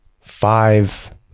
five